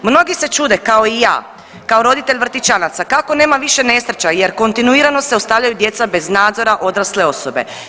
Mnogi se čude kao i ja, kao roditelj vrtićanaca kako nema više nesreća jer kontinuirano se ostavljaju djeca bez nadzora odrasle osobe.